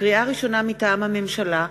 לקריאה ראשונה, מטעם הממשלה: